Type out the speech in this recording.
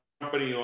company